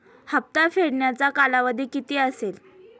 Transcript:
हप्ता फेडण्याचा कालावधी किती असेल?